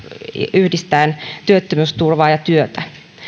yhdistäen työttömyysturvaa ja työtä